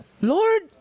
Lord